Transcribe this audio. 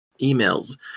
emails